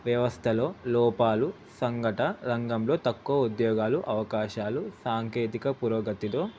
వ్యవస్థలో లోపాలు సంఘటిత రంగంలో తక్కువ ఉద్యోగాలు అవకాశాలు సాంకేతిక పురోగతితో